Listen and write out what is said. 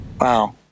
Wow